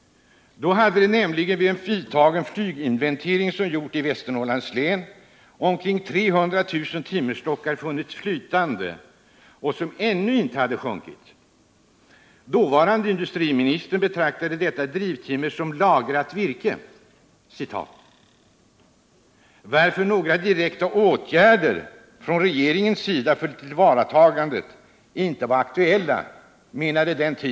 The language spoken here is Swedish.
Då hade nämligen vid en flyginventering i Västernorrlands län omkring 300 000 timmerstockar funnits flytande som ännu inte hade sjunkit. Dåvarande industriministern betraktade detta drivtimmer som ”lagrat virke” och menade därför att några direkta åtgärder från regeringens sida för tillvaratagandet inte var aktuella.